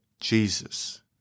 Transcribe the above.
Jesus